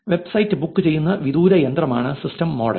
website book ചെയ്യുന്ന വിദൂര യന്ത്രമാണ് സിസ്റ്റം മോഡൽ